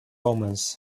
omens